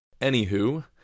Anywho